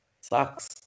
Sucks